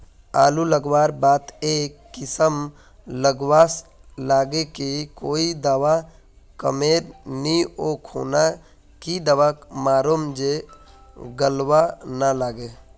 आलू लगवार बात ए किसम गलवा लागे की कोई दावा कमेर नि ओ खुना की दावा मारूम जे गलवा ना लागे?